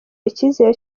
ikizere